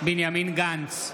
בנימין גנץ,